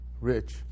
rich